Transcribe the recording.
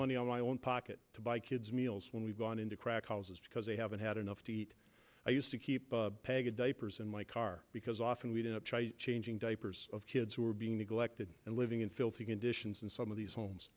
money on my own pocket to buy kids meals when we've gone into crack houses because they haven't had enough to eat i used to keep the peg of diapers in my car because often we didn't try changing diapers of kids who were being neglected and living in filthy conditions and some of these homes